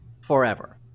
forever